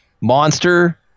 monster